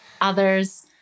others